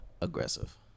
aggressive